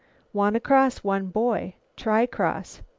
wanna cross, one boy. try cross.